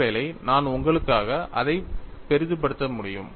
ஒருவேளை நான் உங்களுக்காக அதைப் பெரிதுபடுத்த முடியும்